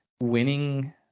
winning